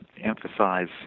emphasize